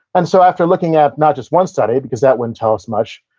and so, after looking at not just one study, because that wouldn't tell us much,